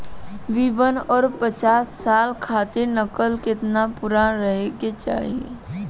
B one और पांचसाला खसरा नकल केतना पुरान रहे के चाहीं?